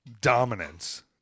dominance